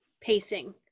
pacing